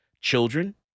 children